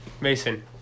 Mason